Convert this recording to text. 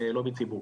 לובי ציבורי.